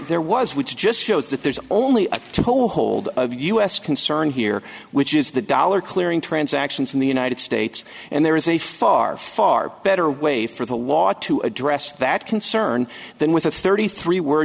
there was which just shows that there's only a toehold of us concern here which is the dollar clearing transactions in the united states and there is a far far better way for the law to address that concern than with a thirty three w